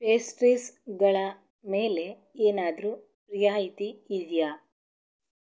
ಪೇಸ್ಟ್ರಿಸ್ಗಳ ಮೇಲೆ ಏನಾದರೂ ರಿಯಾಯಿತಿ ಇದೆಯಾ